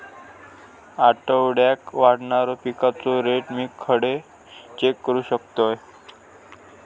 आठवड्याक वाढणारो पिकांचो रेट मी खडे चेक करू शकतय?